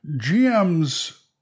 GM's